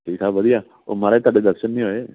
ਠੀਕ ਠਾਕ ਵਧੀਆ ਓ ਮਹਾਰਾਜ ਤੁਹਾਡੇ ਦਰਸ਼ਨ ਨਹੀਂ ਹੋਏ